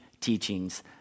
teachings